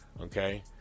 okay